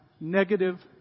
negative